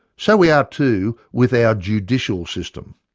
so we are too with our judicial system.